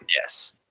yes